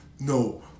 No